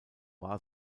war